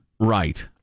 Right